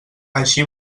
així